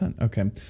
okay